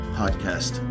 podcast